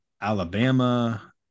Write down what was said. Alabama